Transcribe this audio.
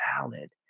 valid